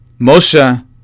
Moshe